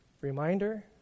Reminder